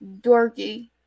dorky